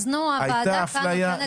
אז הוועדה נותנת